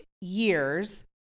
years